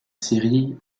série